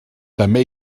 també